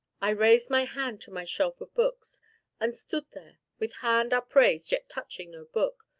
i raised my hand to my shelf of books and stood there with hand upraised yet touching no book,